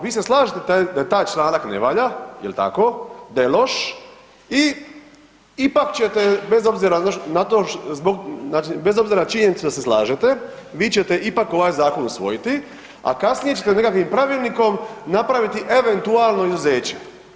Vi se slažete da taj članak ne valja, jel tako, da je loš i ipak ćete bez obzira na to zbog znači bez obzira na činjenice da se slažete, vi ćete ipak ovaj zakon usvojiti a kasnije ćete nekakvim pravilnikom napraviti eventualno izuzeće.